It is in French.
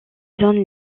zones